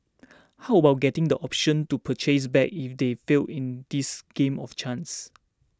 how about getting the Option to Purchase back if they fail in this game of chance